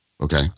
Okay